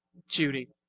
judy